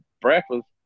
breakfast